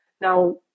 Now